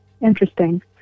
interesting